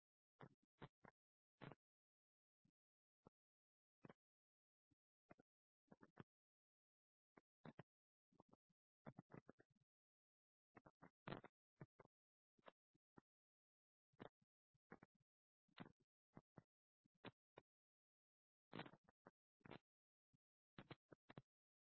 అంటే f ని x 2తో భాగించినప్పుడు రిమైండర్ 0 గా ఉంటే మాత్రమే ఇది జరుగుతుంది ఎందుకంటే f అనేది f ని x 2 తో భాగించినప్పుడు ఖచ్చితంగా రిమైండర్ అవుతుంది